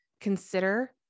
consider